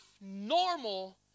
normal